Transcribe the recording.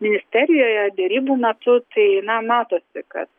ministerijoje derybų metu tai na matosi kad